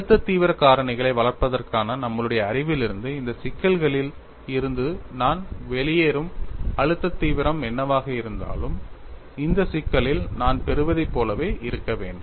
அழுத்த தீவிர காரணிகளை வளர்ப்பதற்கான நம்மளுடைய அறிவிலிருந்து இந்த சிக்கலில் இருந்து நான் வெளியேறும் அழுத்த தீவிரம் என்னவாக இருந்தாலும் இந்த சிக்கலில் நான் பெறுவதைப் போலவே இருக்க வேண்டும்